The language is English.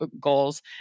goals